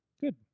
Good